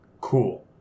cool